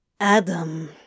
Adam